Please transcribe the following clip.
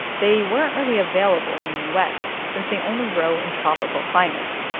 they weren't really available in the u s. since they only grow in tropical climates.